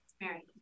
Mary